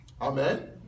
Amen